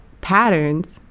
patterns